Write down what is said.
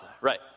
Right